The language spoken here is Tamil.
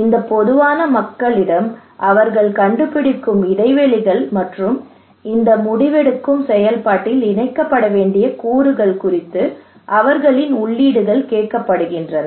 இந்த பொதுவான மக்களிடம் அவர்கள் கண்டுபிடிக்கும் இடைவெளிகள் மற்றும் இந்த முடிவெடுக்கும் செயல்பாட்டில் இணைக்கப்பட வேண்டிய கூறுகள் குறித்து அவர்களின் உள்ளீடுகள் கேட்கப்படுகின்றன